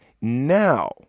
Now